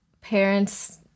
parents